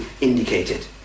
indicated